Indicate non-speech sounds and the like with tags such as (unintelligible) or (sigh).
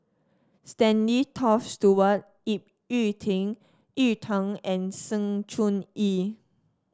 Stanley Toft Stewart Ip Yiu (unintelligible) Yiu Tung and Sng Choon Yee